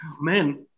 Man